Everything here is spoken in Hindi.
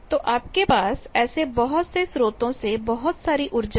तो आपके पास ऐसे बहुत से स्रोतों बहुत सारी ऊर्जा है